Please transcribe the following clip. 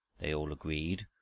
they all agreed,